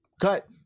cut